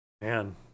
Man